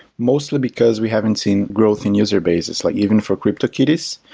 mostly because we haven't seen growth in user bases, like even for cryptok itties,